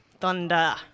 Thunder